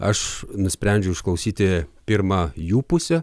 aš nusprendžiau išklausyti pirma jų pusę